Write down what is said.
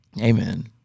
Amen